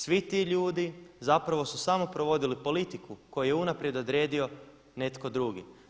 Svi ti ljudi zapravo su samo provodili politiku koju je unaprijed odredio netko drugi.